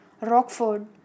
Rockford